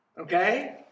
okay